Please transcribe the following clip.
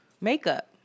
makeup